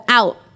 out